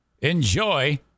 Enjoy